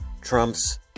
Trump's